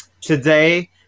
Today